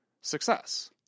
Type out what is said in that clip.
success